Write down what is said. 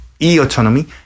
e-autonomy